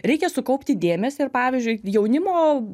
reikia sukaupti dėmesį ir pavyzdžiui jaunimo